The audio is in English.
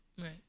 Right